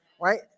right